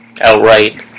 outright